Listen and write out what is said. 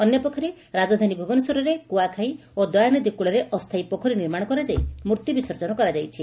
ଅନ୍ୟପକ୍ଷରେ ରାଜଧାନୀ ଭୁବନେଶ୍ୱରରେ କୁଆଖାଇ ଓ ଦୟାନଦୀ କୂଳରେ ଅସ୍ତାୟୀ ପୋଖରୀ ନିର୍ମାଣ କରାଯାଇ ମୂର୍ତ୍ତି ବିସର୍ଜନ କରାଯାଇଛି